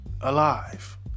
alive